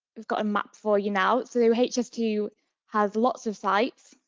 we've got a map for you now. so h s two has lots of sites,